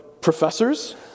professors